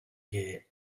gay